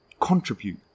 Contribute